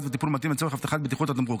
וטיפול מתאים לצורך הבטחת בטיחות התמרוק.